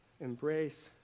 embrace